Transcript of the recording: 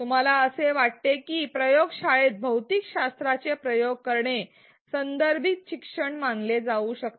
तुम्हाला असे वाटते का प्रयोगशाळेत भौतिकशास्त्राचे प्रयोग करणे संदर्भित शिक्षण मानले जाऊ शकते